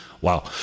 wow